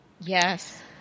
Yes